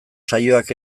saioak